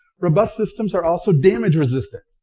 robust systems are also damage resistant.